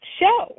show